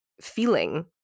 feeling